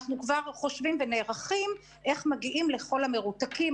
אנחנו כבר חושבים ונערכים איך מגיעים לכל המרותקים,